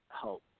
help